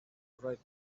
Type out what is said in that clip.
right